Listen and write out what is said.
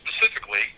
specifically